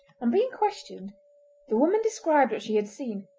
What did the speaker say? on being questioned the woman described what she had seen,